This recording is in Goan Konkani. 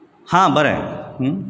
हां बरें